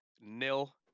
nil